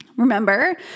Remember